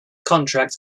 contract